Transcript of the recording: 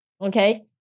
okay